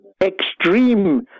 extreme